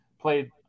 played